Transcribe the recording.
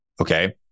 Okay